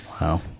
Wow